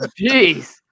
Jeez